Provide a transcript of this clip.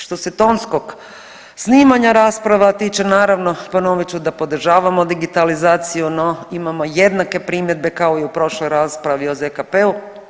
Što se tonskog snimanja rasprava tiče naravno ponovit ću da podržavamo digitalizaciju, no imamo jednake primjedbe kao i u prošloj raspravi o ZKP-u.